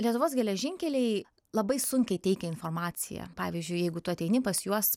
lietuvos geležinkeliai labai sunkiai teikia informaciją pavyzdžiui jeigu tu ateini pas juos